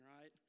right